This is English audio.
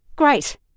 great